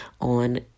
on